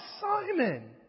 Simon